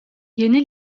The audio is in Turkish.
yeni